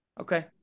Okay